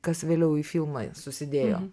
kas vėliau į filmą susidėjo